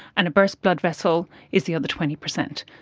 and a burst blood vessel is the other twenty percent.